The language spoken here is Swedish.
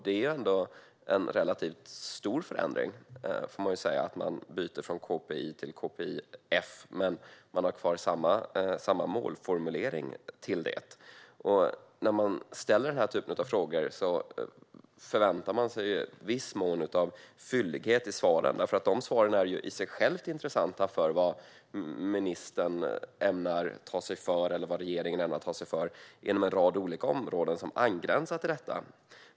Det är en relativt stor förändring att man byter från KPI till KPIF men har kvar samma målformulering. När man ställer den här typen av frågor förväntar man sig en viss fyllighet i svaren. De svaren är i sig själva intressanta när det gäller vad ministern eller regeringen ämnar ta sig för inom en rad olika områden som angränsar till detta.